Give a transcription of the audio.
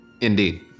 Indeed